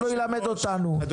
של 'אף אחד לא ילמד אותנו'.